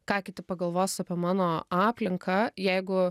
ką kiti pagalvos apie mano aplinką jeigu